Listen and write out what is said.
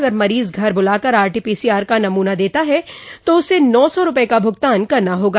अगर मरीज घर बुलाकर आरटीपीसीआर का नमूना देता है तो उसे नौ सौ रूपये का भूगतान करना होगा